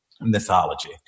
Mythology